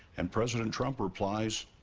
and president trump replies,